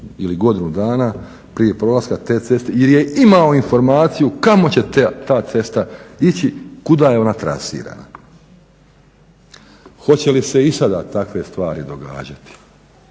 ili godinu dana, prije polaska te ceste jer je imao informaciju kamo će ta cesta ići, kuda je ona trasirana. Hoće li se i sada takve stvari događati?